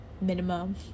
minimum